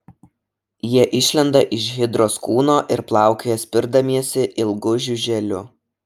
jie išlenda iš hidros kūno ir plaukioja spirdamiesi ilgu žiuželiu